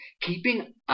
Keeping